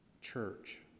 church